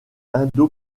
indo